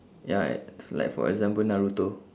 ya like for example naruto